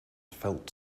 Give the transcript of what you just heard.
felt